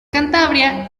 cantabria